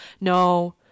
no